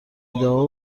ایدهها